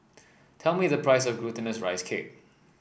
tell me the price of Glutinous Rice Cake